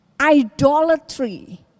idolatry